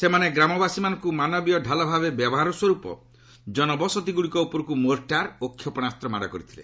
ସେମାନେ ଗ୍ରାମବାସୀମାନଙ୍କୁ ମାନବୀୟ ତାଲ ଭାବେ ବ୍ୟବହାର ସ୍ୱରୂପ ଜନବସତିଗୁଡ଼ିକ ଉପରକୁ ମୋର୍ଟାର ଓ କ୍ଷେପଶାସ୍ତ ମାଡ଼ କରିଥିଲେ